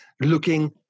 looking